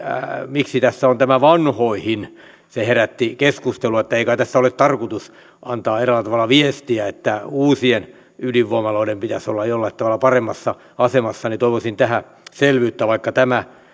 miksi tässä on tämä vanhoihin se herätti keskustelua ei kai tässä ole tarkoitus antaa eräällä tavalla viestiä että uusien ydinvoimaloiden pitäisi olla jollain tavalla paremmassa asemassa toivoisin tähän selvyyttä vaikka tämä